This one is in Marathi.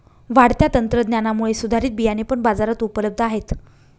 वाढत्या तंत्रज्ञानामुळे सुधारित बियाणे पण बाजारात उपलब्ध आहेत